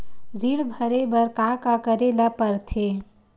ऋण भरे बर का का करे ला परथे?